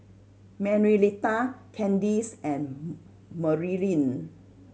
Manuelita Kandice and Marilyn